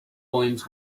williams